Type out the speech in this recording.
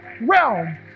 realm